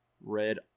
Red